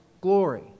glory